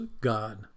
God